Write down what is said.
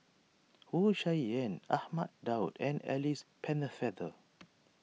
Wu Tsai Yen Ahmad Daud and Alice Pennefather